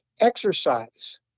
Exercise